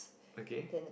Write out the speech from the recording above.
okay